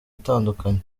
itandukanye